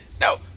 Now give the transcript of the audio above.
No